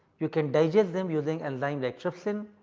you can digest them using enzyme like trypsin,